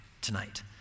tonight